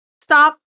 stop